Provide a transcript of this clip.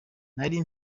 nari